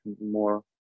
more